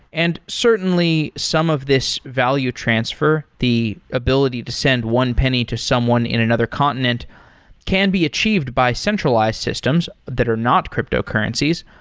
and certainly some of these value transfer, the ability to send one penny to someone in another continent can be achieved by centralized systems that are not cryptocurrencies,